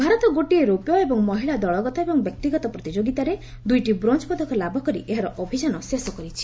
ଭାରତ ଗୋଟିଏ ରୌପ୍ୟ ଏବଂ ମହିଳା ଦଳଗତ ଏବଂ ବ୍ୟକ୍ତିଗତ ପ୍ରତିଯୋଗିତାରେ ଦୁଇଟି ବ୍ରୋଞ୍ଜ୍ ପଦକ ଲାଭକରି ଏହାର ଅଭିଯାନ ଶେଷ କରିଛି